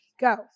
Go